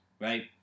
right